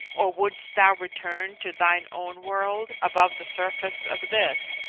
or wouldst thou return to thine own world, above the surface of this,